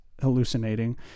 hallucinating